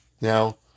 Now